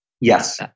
Yes